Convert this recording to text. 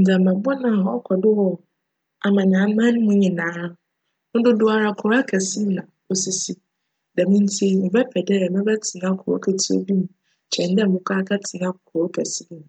Ndzjmba bcn a ckc do wc aman aman mu nyinara no, no dodowara kurow akjse mu na osisi djm ntsi mebjpj dj mebjtsena kurow ketsewa bi mu kyjn dj mobckc akjtsena kurow kjse mu.